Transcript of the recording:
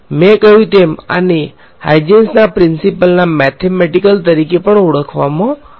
મેં કહ્યું તેમ આને હાઈજેંસના પ્રીંસીપલના મેથેમેટીકલ તરીકે પણ ઓળખવામાં આવે છે